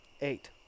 eight